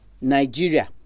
Nigeria